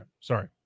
Sorry